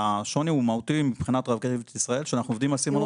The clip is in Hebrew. השוני הוא מהותי מבחינת רכבת ישראל שאנחנו עובדים על סימנור שהוא נייח.